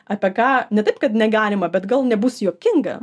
apie ką ne taip kad negalima bet gal nebus juokinga